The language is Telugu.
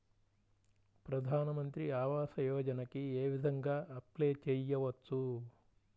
ప్రధాన మంత్రి ఆవాసయోజనకి ఏ విధంగా అప్లే చెయ్యవచ్చు?